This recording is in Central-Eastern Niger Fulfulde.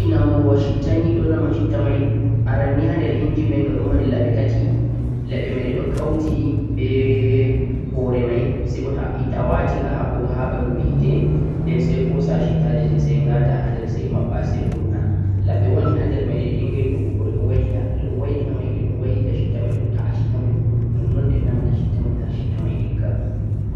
injima ni washitta ni aren ni hander inji mei ghadon mari labbi tati labbe mei don kauti be hoore mei sai bota aitta awaatinga haa mbaggo haa banduu hite den koosa je ko taajedhum gah taa hander sai mabbaa sai kunna labbi wooni hander daga dinghai laggugo don wailita mei don wailita hite madhum toh shitta mei non-non dhinna mata shitta mei har shitta dhigga